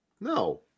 no